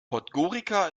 podgorica